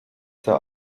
der